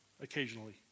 occasionally